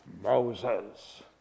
Moses